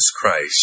Christ